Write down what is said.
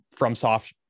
FromSoft